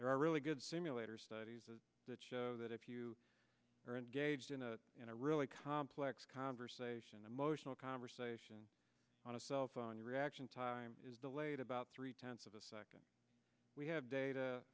there are really good simulators studies that show that if you are engaged in a in a really complex conversation emotional conversation on a cell phone your reaction time is delayed about three tenths of a second we have data